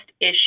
issue